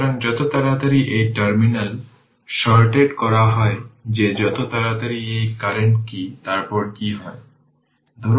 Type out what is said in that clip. সুতরাং 2 Ω রেজিস্টেন্সে প্রবাহিত কারেন্ট হল i y t